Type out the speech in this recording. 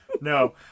No